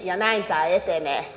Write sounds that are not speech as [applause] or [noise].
ja näin tämä etenee [unintelligible]